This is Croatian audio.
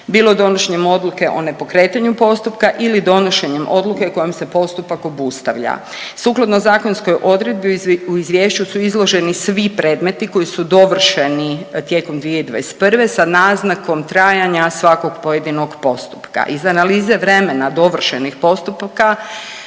bilo donošenjem odluke o nepokretanju postupka ili donošenjem odluke kojom se postupak obustavlja. Sukladno zakonskoj odredbi u izvješću su izloženi svi predmeti koji su dovršeni tijekom 2021. sa naznakom trajanja svakog pojedinog postupka. Iz analize vremena dovršenih postupaka